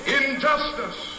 injustice